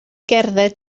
gerdded